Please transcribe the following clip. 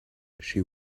she